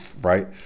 right